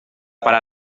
para